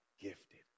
gifted